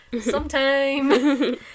Sometime